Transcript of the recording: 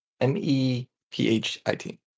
M-E-P-H-I-T